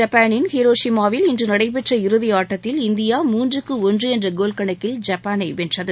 ஜப்பாளின் ஹிரோசிமாவில் இன்று நளடபெற்ற இறுதியாட்டத்தில் இந்தியா மூன்றுக்கு ஒன்று என்ற கோல்கணக்கில ஜப்பானை வென்றது